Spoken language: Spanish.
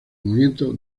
movimiento